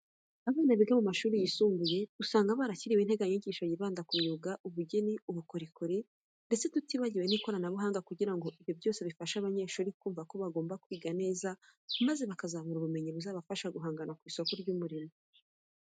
Abana biga mu mashuri yisumbuye usanga barashyiriweho integanyanyigisho yibanda ku myuga, ubugeni, ubukorikori ndetse tutibagiwe n'ikoranabuhanga kugira ngo ibyo byose bifashe abanyeshuri kumva ko bagomba kwiga neza maze bakazabona ubumenyi buzabafasha guhangana ku isoko ry'umurimo.